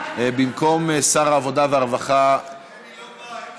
במקום שר העבודה והרווחה, היא לא באה.